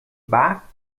markt